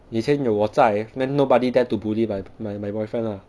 以前有我在 then nobody dare to bully my my my boyfriend lah